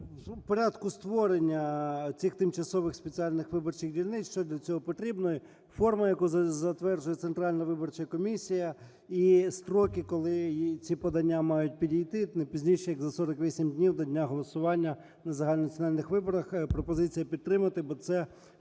порядку створення цих тимчасових спеціальних виборчих дільниць, що для цього потрібно, форма, яку затверджує Центральна виборча комісія, і строки, коли їй ці подання мають підійти – не пізніше як за 48 днів до дня голосування на загальнонаціональних виборах. Пропозиція підтримати, бо це